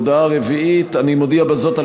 הודעה רביעית: אני מודיע בזאת על